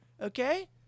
Okay